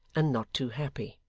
and not too happy.